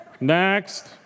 next